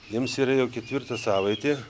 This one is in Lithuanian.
jiems yra jau ketvirta savaitė